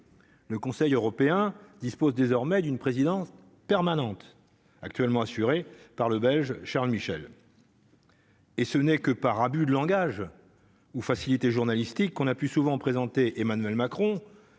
le Conseil européen dispose désormais d'une présidence permanente, actuellement assurée par le belge Charles Michel. Et ce n'est que par abus de langage ou facilités journalistique qu'on a pu souvent présenté Emmanuel Macron